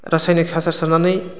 रासायनिक हासार सारनानै